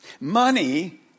Money